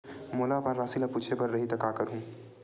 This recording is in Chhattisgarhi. मोला अपन राशि ल पूछे बर रही त का करहूं?